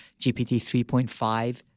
GPT-3.5